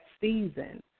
season